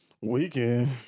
Weekend